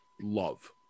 love